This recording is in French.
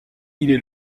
est